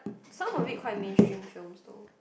some of it quite mainstream films though